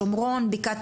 שומרון ובקעת